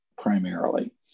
Primarily